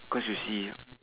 cause you see